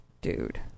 dude